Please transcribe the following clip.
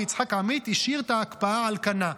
ויצחק עמית השאיר את ההקפאה על כנה.